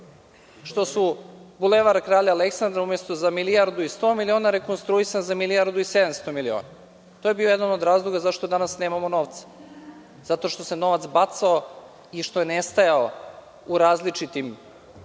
Što su Bulevar Kralja Aleksandra umesto za milijardu u sto miliona rekonstruisali za milijardu i sedamsto miliona. To je bio jedna od razloga zašto danas nemamo novca. Zato što se novac bacao i što je nestajao u različitim